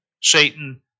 Satan